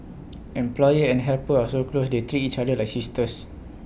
employer and helper are so close they treat each other like sisters